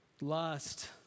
lust